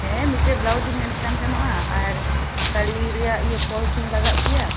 ᱦᱮᱸ ᱢᱤᱫᱴᱮᱱ ᱵᱞᱟᱣᱩᱡ ᱤᱧ ᱢᱮᱱᱮᱫ ᱠᱟᱱ ᱛᱟᱦᱮᱱᱚᱜᱼᱟ ᱟᱨ ᱥᱟᱺᱲᱤ ᱨᱮᱭᱟᱜ ᱤᱭᱟᱹ ᱯᱷᱚᱞᱥ ᱤᱧ ᱞᱟᱜᱟᱣ ᱦᱚᱪᱚᱭᱟ